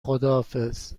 خداحافظ